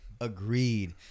agreed